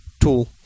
Tool